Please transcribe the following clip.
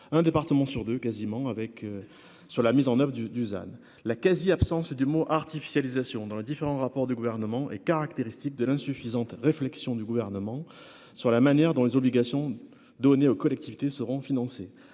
un département sur 2 quasiment avec sur la mise en oeuvre du Dusan la quasi-absence du mot artificialisation dans les différents rapports du gouvernement est caractéristique de l'insuffisante réflexion du gouvernement sur la manière dont les obligations donner aux collectivités seront financés